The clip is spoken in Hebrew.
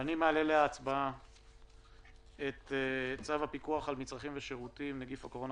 מעלה להצבעה את צו על הפקוח על מצרכים ושירותים (נגיף הקורונה